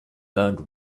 burned